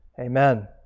Amen